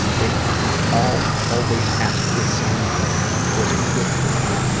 they all always asked the same thing was it good for you?